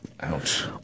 Ouch